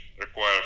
require